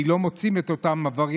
כי לא מוצאים את אותם עבריינים,